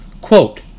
Quote